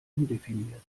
undefiniert